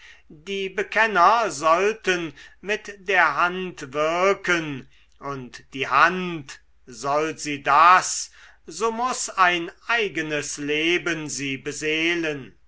die bekenner sollten mit der hand wirken und die hand soll sie das so muß ein eigenes leben sie beseelen